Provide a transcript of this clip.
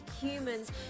humans